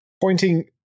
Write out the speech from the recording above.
pointing